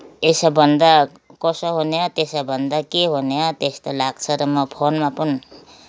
यसो भन्दा कसो हुने हो त्यसो भन्दा के हुने हो त्यस्तो लाग्छ र म फोनमा पनि